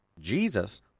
Jesus